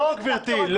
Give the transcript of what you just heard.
לא גברתי.